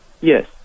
Yes